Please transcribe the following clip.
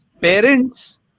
parents